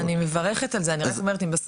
אני מבינה, אני מברכת על זה, אני רק אומרת אם בסוף